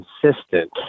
consistent